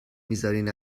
میذارین